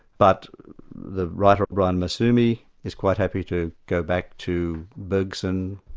but the writer brian massumi is quite happy to go back to bergson,